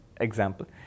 example